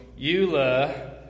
Eula